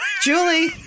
Julie